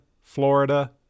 Florida